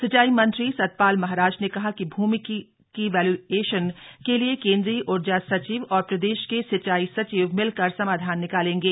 सिंचाई मंत्री सतपाल महाराज ने कहा कि भूमि की वैल्यूएशन के लिए केंद्रीय ऊर्जा सचिव और प्रदेश के सिंचाई सचिव मिलकर समाधान निकालेंगे